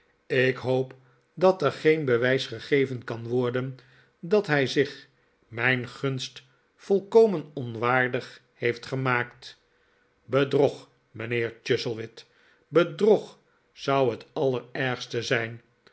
ik hoop dat er geen bewijs gegeven kan worden dat hij zich mijn gunst volkomen onwaardig heeft gemaakt bedrog mijnheer chuzzlewit bedyog zou het allerergste zijn